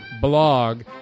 blog